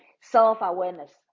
self-awareness